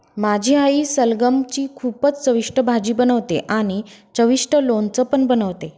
माझी आई सलगम ची खूपच चविष्ट भाजी बनवते आणि चविष्ट लोणचं पण बनवते